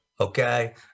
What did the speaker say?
Okay